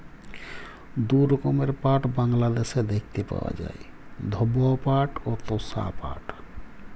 দু রকমের পাট বাংলাদ্যাশে দ্যাইখতে পাউয়া যায়, ধব পাট অ তসা পাট